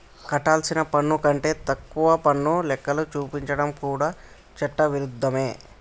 కట్టాల్సిన పన్ను కంటే తక్కువ పన్ను లెక్కలు చూపించడం కూడా చట్ట విరుద్ధమే